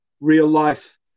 real-life